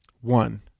One